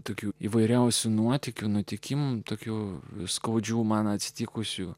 tokių įvairiausių nuotykių nutikimų tokių skaudžių man atsitikusių